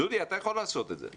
דודי אתה יכול לעשות את זה.